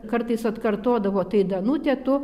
kartais atkartodavo tai danute tu